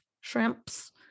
shrimps